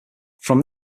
from